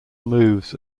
moves